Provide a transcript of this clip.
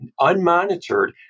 unmonitored